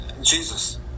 Jesus